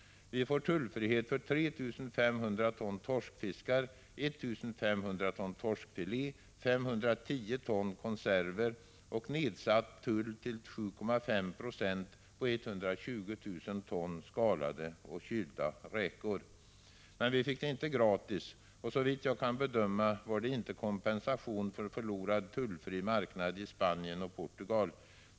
Vi får tullfrihet för 3 500 ton torskfiskar, 1 500 ton Men vi fick det inte gratis, och såvitt jag kan bedöma var det inte kompensation för förlorad tullfri marknad i Spanien och Portugal.